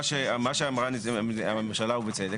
מה שאמרה הממשלה ובצדק,